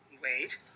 Wait